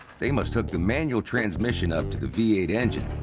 they must hook the manual transmission up to the v eight engine,